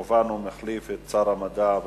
כמובן, הוא מחליף את שר המדע והטכנולוגיה.